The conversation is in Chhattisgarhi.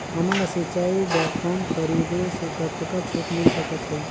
हमन ला सिंचाई बर पंप खरीदे से कतका छूट मिल सकत हे?